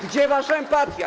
Gdzie wasza empatia?